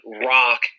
Rock